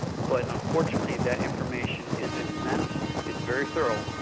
but unfortunately that information is immense. it's very thorough.